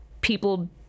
people